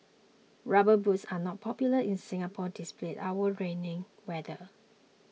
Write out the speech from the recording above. rubber boots are not popular in Singapore despite our rainy weather